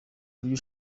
burya